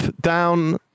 down